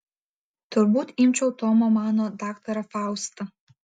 turbūt imčiau tomo mano daktarą faustą